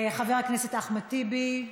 חבר הכנסת אחמד טיבי,